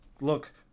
Look